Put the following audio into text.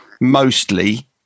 mostly